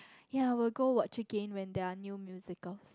yea will go watch again when there are new musicals